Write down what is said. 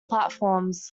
platforms